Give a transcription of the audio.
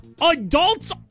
adults